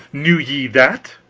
knew ye that?